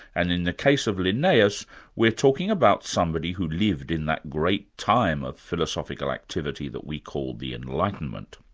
and in the case of linnaeus we're talking about somebody who lived in that great time of philosophical activity that we call the enlightenment.